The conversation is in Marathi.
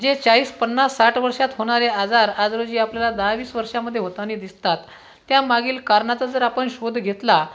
जे चाळीस पन्नास साठ वर्षात होणारे आजार आज रोजी आपल्याला दहा वीस वर्षामध्ये होतानी दिसतात त्यामागील कारणाचा जर आपण शोध घेतला